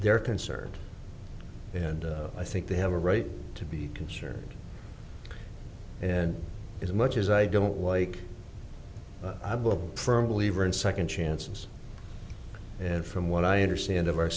their concern and i think they have a right to be concerned and as much as i don't like i bow firm believer in second chances and from what i understand of our